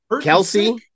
Kelsey